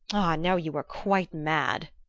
ah, now you are quite mad!